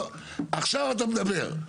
והוא אומר לו עכשיו אתה מדבר.